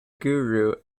guru